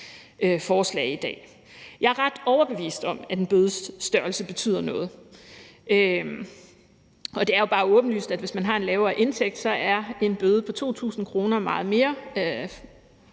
Jeg er ret overbevist om, at en bødes størrelse betyder noget. Og det er jo bare åbenlyst, at en bøde på 2.000 kr. er meget mere for